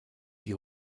die